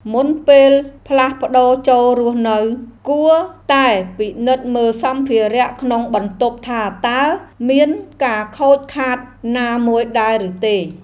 មុនពេលផ្លាស់ប្តូរចូលរស់នៅ គួរតែពិនិត្យមើលសម្ភារៈក្នុងបន្ទប់ថាតើមានការខូចខាតណាមួយដែរឬទេ។